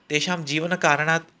तेषां जीवनकारणात्